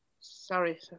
Sorry